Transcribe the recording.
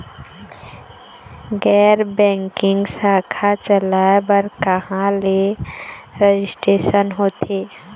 गैर बैंकिंग शाखा चलाए बर कहां ले रजिस्ट्रेशन होथे?